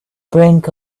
brink